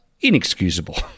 inexcusable